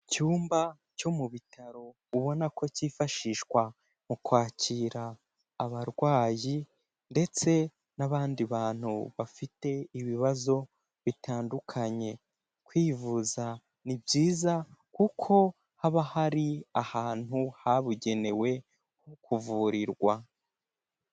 Icyumba cyo mu bitaro ubona ko cyifashishwa mu kwakira abarwayi ndetse n'abandi bantu bafite ibibazo bitandukanye. kwivuza ni byiza kuko haba hari ahantu habugenewe ho kuvurirwa.